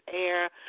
air